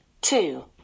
two